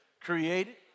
created